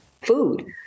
food